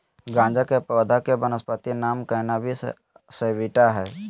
गाँजा के पौधा के वानस्पति नाम कैनाबिस सैटिवा हइ